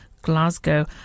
Glasgow